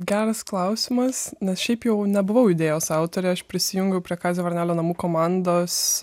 geras klausimas nes šiaip jau nebuvau idėjos autorė aš prisijungiau prie kazio varnelio namų komandos